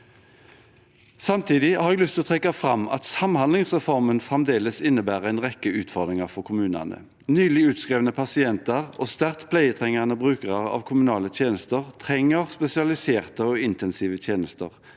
Samtidig har jeg lyst til å trekke fram at samhandlingsreformen fremdeles innebærer en rekke utfordringer for kommunene. Nylig utskrevne pasienter og sterkt pleietrengende brukere av kommunale tjenester trenger spesialiserte og intensive tjenester.